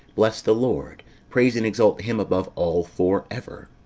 bless the lord praise and exalt him above all for ever.